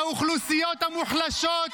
האוכלוסיות המוחלשות,